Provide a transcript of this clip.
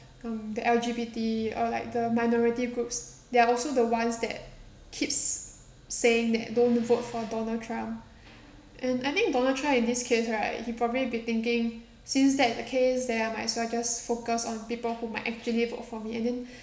um the L_G_B_T or like the minority groups they are also the ones that keeps saying that don't vote for donald trump and I think donald trump in this case right he probably be thinking since that the case then I might as well just focus on people who might actually vote for me and then